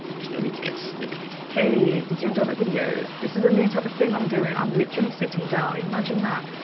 there's no need to get snippy. hey, did you enjoy that video? this is a new type of thing i'm doing i'm literally sitting down. down. imagine that!